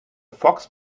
fox